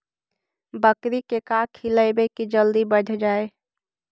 बकरी के का खिलैबै कि जल्दी बढ़ जाए?